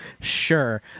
Sure